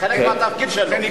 חלק מהתפקיד שלו.